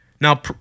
Now